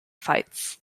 fights